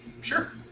Sure